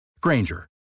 Granger